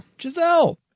Giselle